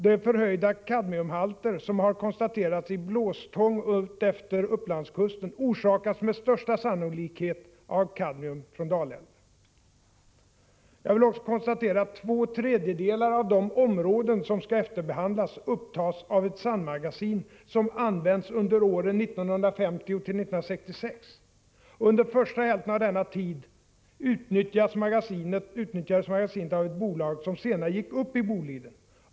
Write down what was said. De förhöjda kadmiumhalter som har konstaterats i blåstång utefter Upplandskusten orsakas med största sannolikhet av kadmium från Dalälven. Jag vill också framhålla att två tredjedelar av de områden som skall efterbehandlas upptas av ett sandmagasin som användes under åren 1950 1966. Under första hälften av denna tid utnyttjades magasinet av ett bolag som senare gick upp i Boliden.